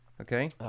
Okay